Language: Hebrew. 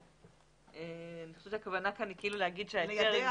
אני חושבת שהכוונה כאן לומר שההסדר עם